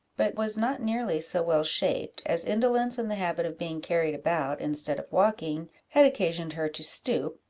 but was not nearly so well shaped, as indolence, and the habit of being carried about instead of walking, had occasioned her to stoop,